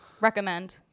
recommend